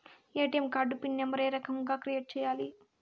ATM card pin number ఏ రకంగా create సేయాలి